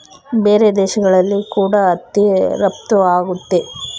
ಬೇರೆ ದೇಶಗಳಿಗೆ ಕೂಡ ಹತ್ತಿ ರಫ್ತು ಆಗುತ್ತೆ